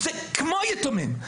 זה כמו יתומים.